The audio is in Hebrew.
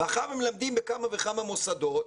מאחר שהם מלמדים בכמה וכמה מוסדות,